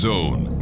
Zone